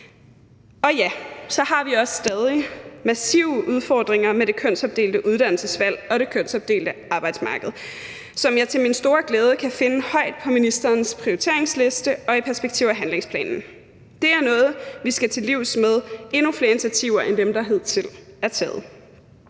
Og ja, så har vi også stadig massive udfordringer med det kønsopdelte uddannelsesvalg og det kønsopdelte arbejdsmarked, som jeg til min store glæde kan finde højt oppe på ministerens prioriteringsliste og i perspektiv- og handlingsplanen. Det er noget, vi skal til livs ved at komme med endnu flere initiativer end dem, der hidtil er taget.